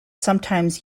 sometimes